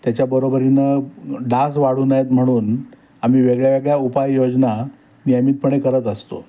त्याच्याबरोबरीनं डास वाढू नयेत म्हणून आम्ही वेगळ्यावेगळ्या उपाययोजना नियमितपणे करत असतो